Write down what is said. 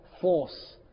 force